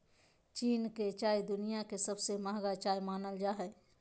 चीन के चाय दुनिया के सबसे महंगा चाय मानल जा हय